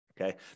Okay